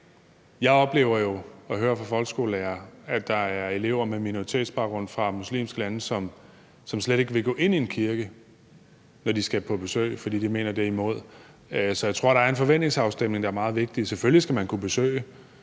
folkeskolelærere, at der er elever med minoritetsbaggrund fra muslimske lande, som slet ikke vil gå ind i en kirke, når de skal på besøg. Så jeg tror, at en forventningsafstemning er meget vigtig. Selvfølgelig skal man kunne besøge